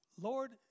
Lord